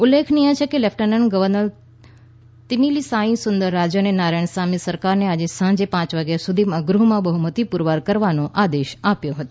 ઉલ્લેખનિય છે કે લેફ્ટનન્ટ ગર્વનર તમિલિસાઈ સુંદર રાજને નારાયણસામી સરકારને આજે સાંજે પાંચ વાગ્યા સુધીમાં ગૃહમાં બહુમતી પુરવાર કરવાનો આદેશ આપ્યો હતો